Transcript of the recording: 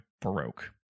Baroque